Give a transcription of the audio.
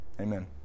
Amen